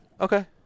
Okay